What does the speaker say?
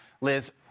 Liz